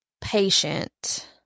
patient